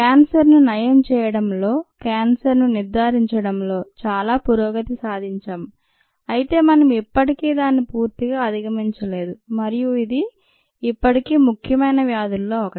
cancer ను నయం చేయడంలో క్యాన్సర్ ను నిర్ధారించడంలో చాలా పురోగతి సాధించాం అయితే మనం ఇప్పటికీ దాన్ని పూర్తిగా అధిగమించలేదు మరియు ఇది ఇప్పటికీ ముఖ్యమైన వ్యాధుల్లో ఒకటి